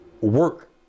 work